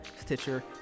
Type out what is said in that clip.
Stitcher